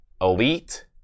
Elite